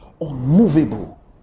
unmovable